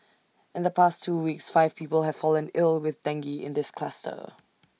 in the past two weeks five people have fallen ill with dengue in this cluster